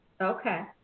Okay